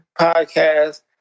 podcast